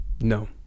No